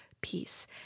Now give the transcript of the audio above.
peace